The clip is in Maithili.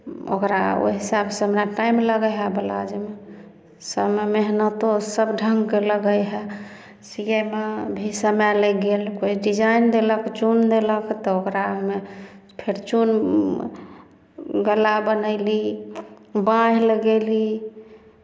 ओकरा ओहि हिसाबसँ हमरा टाइम लगै हए ब्लाउजमे सभमे मेहनतो सभ ढङ्गके लगै हए सियैमे भी समय लागि गेल कोइ डिजाइन देलक चून देलक तऽ ओकरामे फेर चून गला बनयली बाँहि लगयली